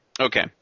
Okay